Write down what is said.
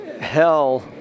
Hell